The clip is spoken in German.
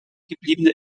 gebliebene